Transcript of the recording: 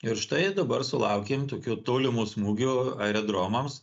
ir štai dabar sulaukėm tokio tolimo smūgio aerodromams